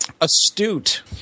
Astute